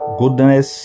goodness